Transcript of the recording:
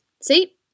see